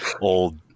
old